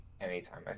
anytime